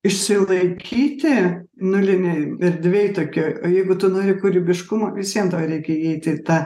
išsilaikyti nulinėj erdvėj tokioj jeigu tu nori kūrybiškumo vis vien tau reikia įeiti į tą